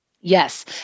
Yes